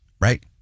right